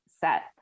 set